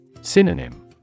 Synonym